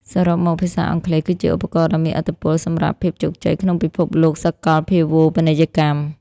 សរុបមក ភាសាអង់គ្លេសគឺជាឧបករណ៍ដ៏មានឥទ្ធិពលសម្រាប់ភាពជោគជ័យក្នុងពិភពលោកសកលភាវូបនីយកម្ម ។